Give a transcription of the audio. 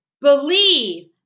Believe